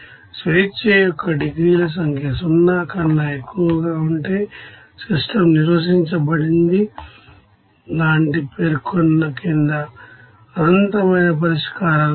స్వేచ్ఛ యొక్క డిగ్రీల సంఖ్య 0 కన్నా ఎక్కువగా ఉంటే సిస్టమ్ నిర్వచించబడింది అంటే పేర్కొన్న కింద అనంతమైన పరిష్కారాలు ఉన్నాయి